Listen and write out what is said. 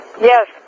Yes